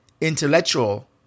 intellectual